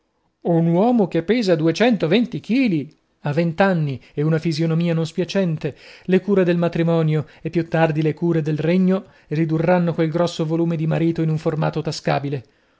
un uomo che pesa duecentoventi kili ha venti anni ed una fisonomia non spiacente le cure del matrimonio e più tardi le cure del regno ridurranno quel grosso volume di marito in un formato tascabile